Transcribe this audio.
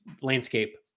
landscape